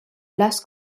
las